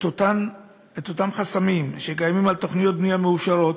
אותם חסמים שקיימים על תוכניות בנייה מאושרות,